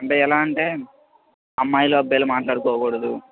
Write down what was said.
అంటే ఎలా అంటే అమ్మాయిలు అబ్బాయిలు మాట్లాడుకోకూడదు